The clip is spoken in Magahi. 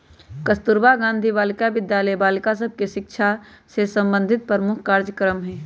कस्तूरबा गांधी बालिका विद्यालय बालिका सभ के शिक्षा से संबंधित प्रमुख कार्जक्रम हइ